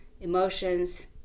emotions